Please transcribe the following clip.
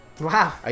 Wow